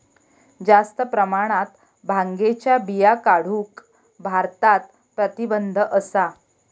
जास्त प्रमाणात भांगेच्या बिया काढूक भारतात प्रतिबंध असा